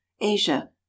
ASIA